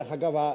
דרך אגב,